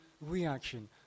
reaction